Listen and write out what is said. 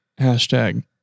hashtag